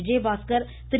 Vijayabaskar Thiru